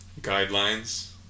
guidelines